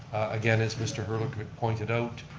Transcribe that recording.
again as mr. herlovich pointed out